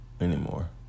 anymore